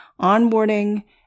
Onboarding